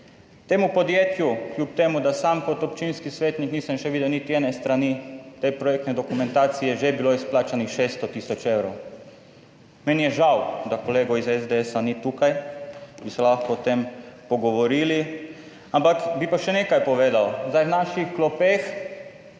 Temu podjetju kljub temu, da sam kot občinski svetnik nisem še videl niti ene strani te projektne dokumentacije, je že bilo izplačanih 600 tisoč evrov. Meni je žal, da kolegov iz SDS ni tukaj, bi se lahko o tem pogovorili, ampak bi pa še nekaj povedal. Zdaj v naših klopeh